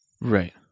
Right